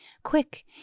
Quick